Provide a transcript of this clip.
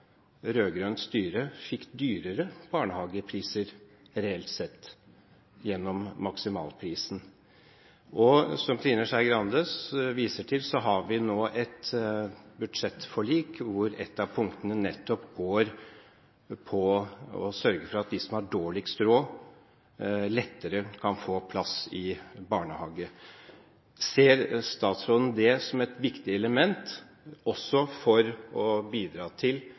fikk høyere barnehagepriser, reelt sett, som følge av maksimalprisen. Som Trine Skei Grande viser til, har vi nå et budsjettforlik hvor ett av punktene nettopp skal sørge for at de som har dårligst råd, lettere kan få plass i barnehage. Ser statsråden det at de kan få plass i barnehage som et viktig element også for å bidra til